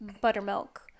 buttermilk